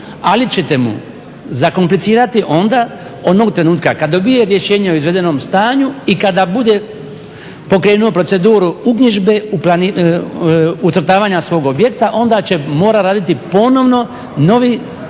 ali ćete mu zakomplicirati onda onog trenutka kada dobije rješenje o izvedenom stanju i kada bude pokrenuo proceduru uknjižbe ucrtavanja svog objekta, onda će morat raditi ponovno novi